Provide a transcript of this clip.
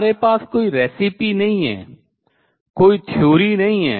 हमारे पास कोई नुस्खा नहीं है कोई सिद्धांत नहीं है